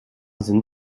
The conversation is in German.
sind